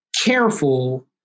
careful